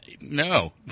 No